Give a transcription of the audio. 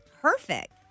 perfect